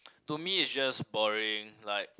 to me it's just boring like